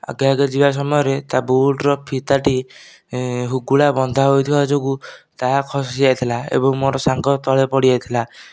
ଆଗେ ଆଗେ ଯିବା ସମୟରେ ତା ବୁଟର ଫିତାଟି ହୁଗୁଳା ବନ୍ଧା ହୋଇଥିବା ଯୋଗୁଁ ତାହା ଖସି ଯାଇଥିଲା ଏବଂ ମୋର ସାଙ୍ଗ ତଳେ ପଡ଼ି ଯାଇଥିଲା